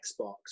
xbox